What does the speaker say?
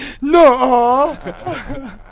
No